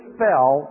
fell